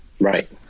Right